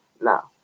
No